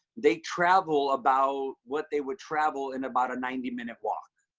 they travel about what they would travel in about a ninety minute walk.